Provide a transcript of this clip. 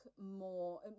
more